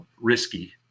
risky